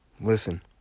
listen